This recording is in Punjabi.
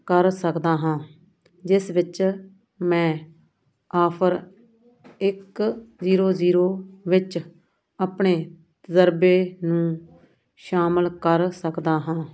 ਕਰ ਸਕਦਾ ਹਾਂ ਜਿਸ ਵਿੱਚ ਮੈਂ ਆਫਰ ਇੱਕ ਜੀਰੋ ਜੀਰੋ ਵਿੱਚ ਆਪਣੇ ਤਜਰਬੇ ਨੂੰ ਸ਼ਾਮਲ ਕਰ ਸਕਦਾ ਹਾਂ